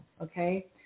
okay